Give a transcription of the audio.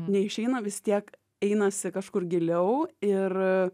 neišeina vis tiek einasi kažkur giliau ir